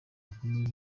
gakomeye